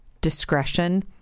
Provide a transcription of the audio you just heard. discretion